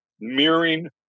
mirroring